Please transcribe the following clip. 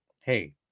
hey